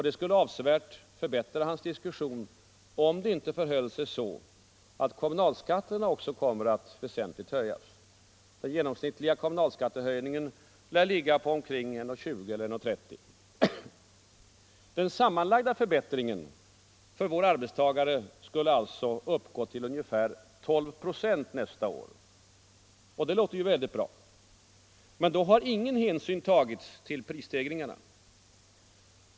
Det skulle avsevärt förbättra hans situation, om det inte förhöll sig så, att kommunalskatterna också kommer att väsentligt höjas. Den genomsnittliga kommunalskattehöjningen torde ligga på omkring 1:20 eller 1:30 kronor. Den sammanlagda förbättringen för vår arbetstagare skulle alltså uppgå till ungefär 12 procent nästa år. Det låter väldigt bra, men då har ingen hänsyn tagits till prisstegringarna.